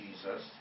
Jesus